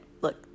Look